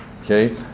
Okay